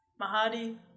Mahadi